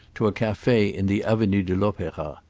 to a cafe in the avenue de l'opera.